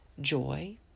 joy